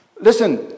Listen